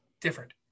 different